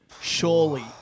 Surely